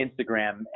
Instagram